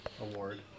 Award